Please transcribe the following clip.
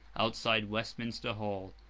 outside westminster hall,